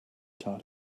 taught